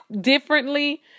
differently